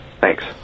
Thanks